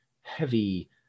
heavy